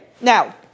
now